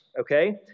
Okay